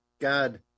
God